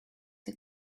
had